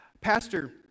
Pastor